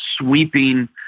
sweeping